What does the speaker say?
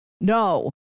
no